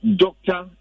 doctor